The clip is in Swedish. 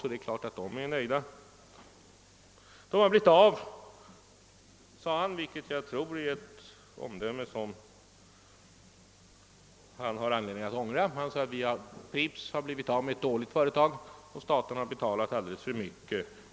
Han sade att Pripp har blivit av med ett dåligt företag, vilket jag tror är ett omdöme han har anledning ångra, och att staten enligt hans mening betalat alldeles för mycket.